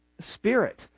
Spirit